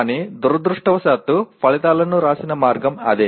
కానీ దురదృష్టవశాత్తు ఫలితాలను వ్రాసిన మార్గం అదే